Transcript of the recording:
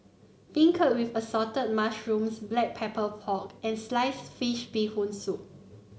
beancurd with Assorted Mushrooms Black Pepper Pork and Sliced Fish Bee Hoon Soup